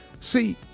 See